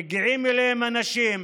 מגיעים אליהם אנשים.